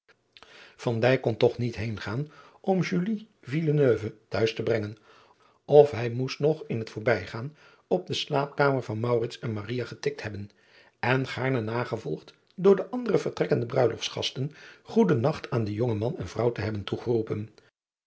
kon toch niet heengaan om t huis te brengen of hij moest nog in het voorbijgaan op de slaapkamer van en getikt hebben en gaarne nagevolgd door de andere vertrekkende ruiloftsgasten goeden nacht aan de jonge man en vrouw hebben toegeroepen